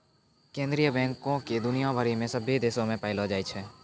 केन्द्रीय बैंको के दुनिया भरि के सभ्भे देशो मे पायलो जाय छै